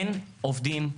אין עובדים.